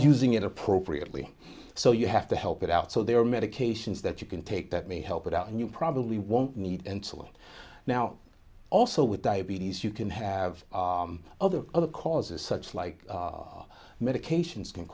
using it appropriately so you have to help it out so there are medications that you can take that may help it out and you probably won't need until now also with diabetes you can have other other causes such like medications can